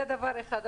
זה דבר אחד.